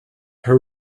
her